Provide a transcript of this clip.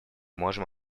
можем